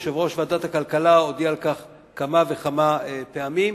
יושב-ראש ועדת הכלכלה הודיע על כך כמה וכמה פעמים.